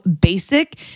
basic